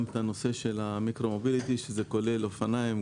את הנושא של המיקרו מוביליטי שזה כולל אופניים,